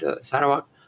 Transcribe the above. Sarawak